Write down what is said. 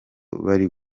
bari